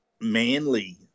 manly